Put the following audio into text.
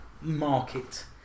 market